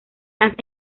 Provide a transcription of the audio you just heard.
las